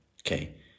okay